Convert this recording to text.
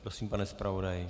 Prosím, pane zpravodaji.